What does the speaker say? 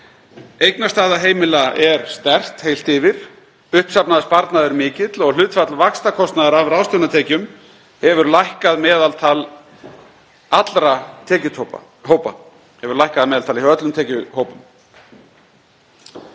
Eignastaða heimila er heilt yfir sterk, uppsafnaður sparnaður mikill og hlutfall vaxtakostnaðar af ráðstöfunartekjum hefur lækkað meðal allra tekjuhópa.